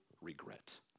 regret